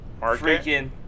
freaking